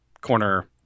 corner